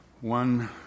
one